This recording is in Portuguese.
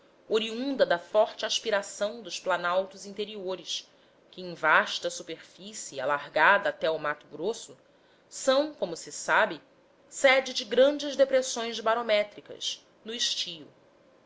oriunda da forte aspiração dos planaltos interiores que em vasta superfície alargada até ao mato grosso são como se sabe sede de grandes depressões barométricas no estio